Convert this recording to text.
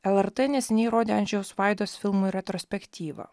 lrt neseniai rodė anžejaus vaidos filmų retrospektyvą